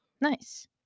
Nice